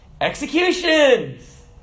executions